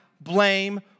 blame